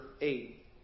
eight